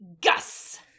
Gus